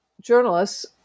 journalists